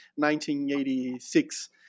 1986